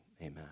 Amen